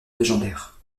légendaires